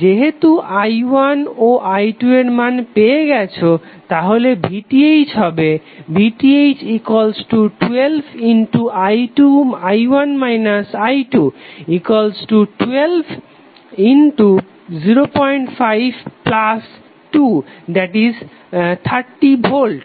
যেহেতু i1 ও i2 এর মান পেয়ে গেছো তাহলে VTh হবে VTh12i1 i21205230V